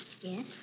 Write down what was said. Yes